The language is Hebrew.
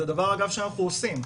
אגב, זה דבר שאנחנו עושים.